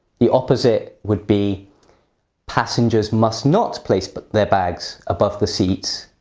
the opposite would be passengers must not place but their bags above the seats.